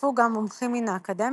השתתפו גם מומחים מן האקדמיה,